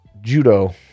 judo